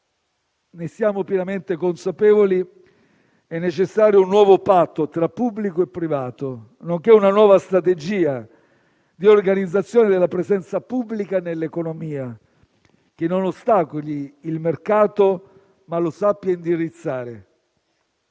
ne siamo pienamente consapevoli - è necessario un nuovo patto tra pubblico e privato, nonché una nuova strategia di organizzazione della presenza pubblica nell'economia, che non ostacoli il mercato ma sappia indirizzarlo.